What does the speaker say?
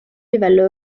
livello